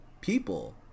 people